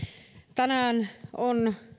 tänään on